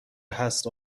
هست